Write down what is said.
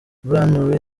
bryan